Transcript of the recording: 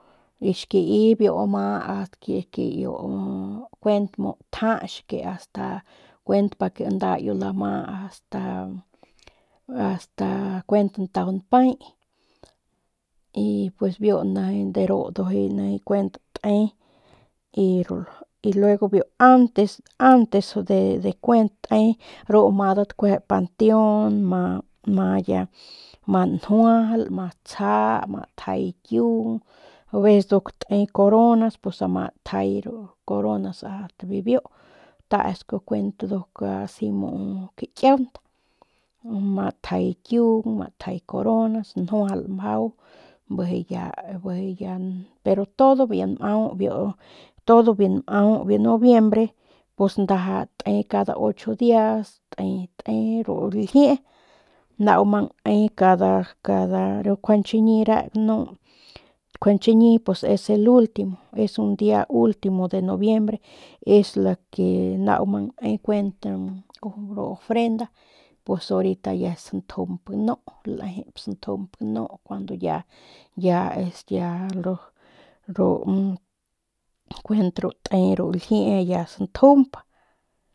Xkii biu ama ast ki ki iu kuent tjach asta kuent pa ke nda lama asta kantau npay ama astakuent kantau npay y pus biu nijiy dru ndujuy kuent te y luego biu antes antes de kuent te ru amadat kueje panteon ma ya njuajal ma tsja ma tjay kiung veces nduk te coronas pus ama tjay ru coronas ast bibiu teesku nduk kuent muu kuent kakiaunt ma jay kiung ma tjay coronas njuajal mjau bijiy ya bijiy ya pero todo biu nmau biu todo biu nmau biu nobiembre ndaja te cada ocho dias te te ru ljiee nau mang ne cada cada riu njuande chiñi es el ultimo es el dia ultimo de nobiembre es la que nau mang ne kuent como ofrenda pues horita ya es santjump ganu lejep santjump ganu ya ya ya kuent te ru ljiee ya santjump.